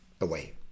away